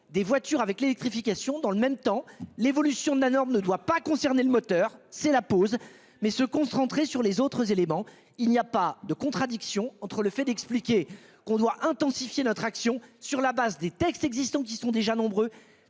des voitures avec l'électrification dans le même temps l'évolution de la norme ne doit pas concerner le moteur c'est la pause mais ce compte rentrer sur les autres éléments, il n'y a pas de contradiction entre le fait d'expliquer qu'on doit intensifier notre action sur la base des textes existants, qui sont déjà nombreux,